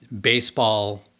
baseball